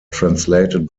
translated